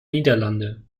niederlande